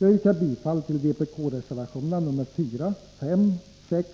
Jag yrkar bifall till vpk-reservationerna nr 4, 5, 6